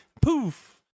poof